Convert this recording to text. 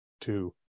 two